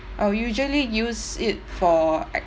I'll usually use it for like